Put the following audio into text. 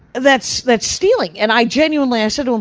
that's, that's stealing. and i genuinely, i said um